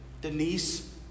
Denise